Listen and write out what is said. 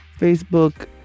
Facebook